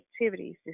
activities